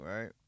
right